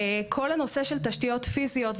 נושא התשתיות הפיזיות.